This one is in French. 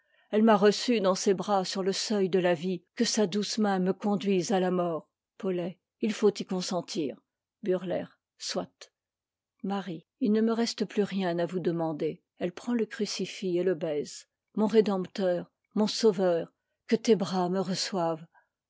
elle m'a recue dans ses bras sur le seuil de la vie que sa douce main me conduise à la mort paumt i faut y consentir bubleigh soit mabiè il ne me reste plus rien à vous demander elle prend le crucifix et le baise mon ré dempteur mon sauveur que tes bras me reçoivent